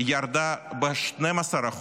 ירדה ב-12%,